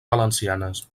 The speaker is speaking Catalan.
valencianes